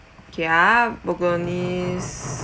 okay ah bolognese